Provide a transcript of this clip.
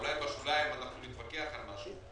אולי בשוליים נתווכח על משהו,